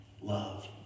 love